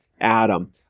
Adam